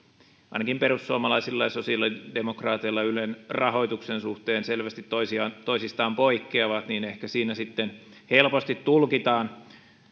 ainakin perussuomalaisilla ja sosiaalidemokraateilla ylen rahoituksen suhteen selvästi toisistaan poikkeavat ehkä sitten helposti tulkitaan